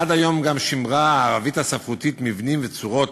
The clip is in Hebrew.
עד היום גם שימרה הערבית הספרותית מבנים וצורות